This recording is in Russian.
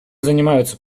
занимаются